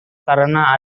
karena